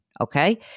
Okay